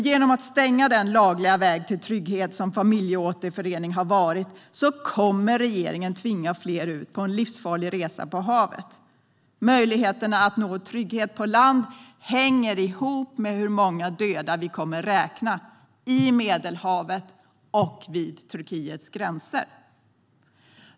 Genom att stänga den lagliga väg till trygghet som familjeåterförening har varit kommer regeringen att tvinga fler ut på en livsfarlig resa på havet. Möjligheterna att nå trygghet på land hänger ihop med hur många döda vi kommer att räkna i Medelhavet och vid Turkiets gränser.